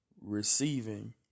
receiving